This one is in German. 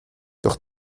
doch